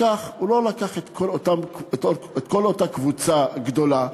הוא לא לקח את כל אותה קבוצה גדולה,